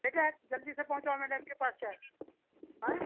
बेटा जल्दी से पहुँचाओ मैडम के पास चाय अये